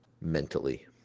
mentally